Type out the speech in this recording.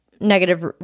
negative